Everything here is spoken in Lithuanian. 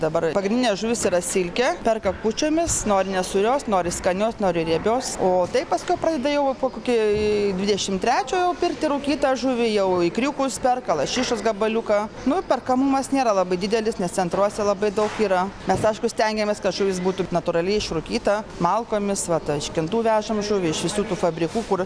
dabar pagrindinė žuvis yra silkė perka kūčiomis nori nesūrios nori skanios nori riebios o taip paskiau pradeda jau po kokį dvidešim trečio jau pirkti rūkytą žuvį jau ikriukus perka lašišos gabaliuką nu perkamumas nėra labai didelis nes centruose labai daug yra mes aišku stengiamės kad žuvis būtų natūraliai išrūkyta malkomis vat iš kintų vežam žuvį iš visų tų fabrikų kur